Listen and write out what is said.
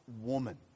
woman